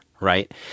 right